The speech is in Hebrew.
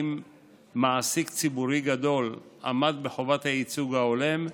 מעסיק ציבורי גדול עמד בחובת הייצוג ההולם,